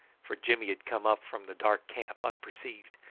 for jimmy had come up from the dark camp unperceived.